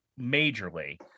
majorly